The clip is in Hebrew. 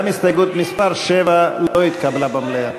גם הסתייגות מס' 7 לא התקבלה במליאה.